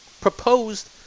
proposed